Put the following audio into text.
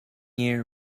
year